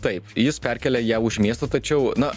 taip jis perkėlė ją už miesto tačiau na